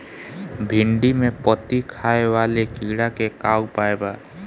भिन्डी में पत्ति खाये वाले किड़ा के का उपाय बा?